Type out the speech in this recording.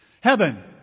Heaven